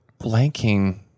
blanking